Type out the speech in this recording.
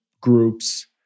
groups